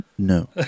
No